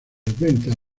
ventas